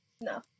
No